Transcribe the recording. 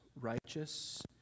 righteous